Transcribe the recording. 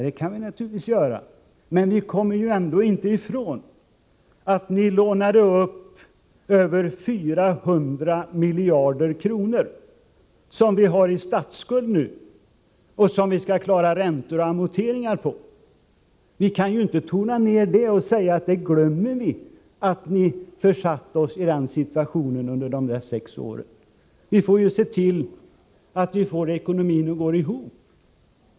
Det kan vi naturligtvis göra, men vi kan ändå inte komma ifrån att ni lånade upp över 400 miljarder kronor, som vi nu har i statsskuld och som vi skall klara räntorna och amorteringarna på. Vi kan inte tona ner detta och säga att vi glömmer att ni försatte oss i denna situation under de sex åren. Vi får se till att vi får ekonomin att gå ihop.